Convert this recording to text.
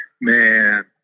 Man